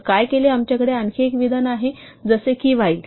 तर काय केले आमच्याकडे आणखी एक विधान आहे जसे की while